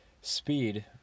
speed